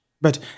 but